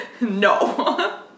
No